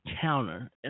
counter